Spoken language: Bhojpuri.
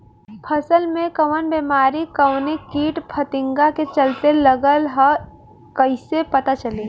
फसल में कवन बेमारी कवने कीट फतिंगा के चलते लगल ह कइसे पता चली?